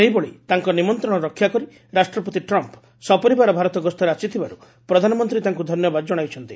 ସେହିଭଳି ତାଙ୍କ ନିମନ୍ତଶ ରକ୍ଷା କରି ରାଷ୍ଟ୍ରପତି ଟ୍ରମ୍ମ୍ ସପରିବାର ଭାରତ ଗସ୍ତରେ ଆସିଥିବାରୁ ପ୍ରଧାନମନ୍ତୀ ତାଙ୍କୁ ଧନ୍ୟବାଦ ଜଣାଇଛନ୍ତି